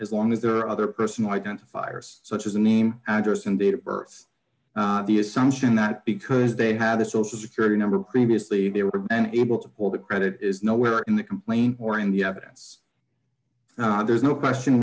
as long as there are other personal identifiers such as a name address and date of birth the assumption that because they had a social security number previously they were able to pull the credit is no where in the complaint or in the evidence there's no question